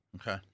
Okay